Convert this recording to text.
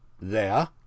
There